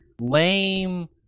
lame